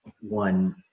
one